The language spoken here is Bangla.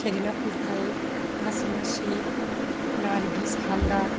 সেরিলা পুরকায়েত নাসিমা শেখ নার্গিস হালদার